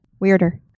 weirder